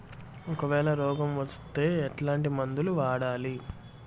ఒకవేల రోగం వస్తే ఎట్లాంటి మందులు వాడాలి?